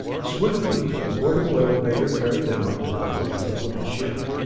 swiftly the portable elevator carried them up to the fourth level of the ship.